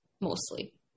mostly